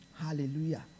Hallelujah